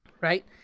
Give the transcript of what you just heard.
right